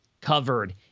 Covered